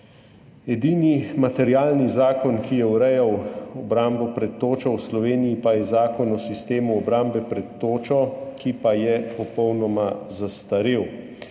Edini materialni zakon, ki je urejal obrambo pred točo v Sloveniji, je Zakon o sistemu obrambe pred točo, ki pa je popolnoma zastarel.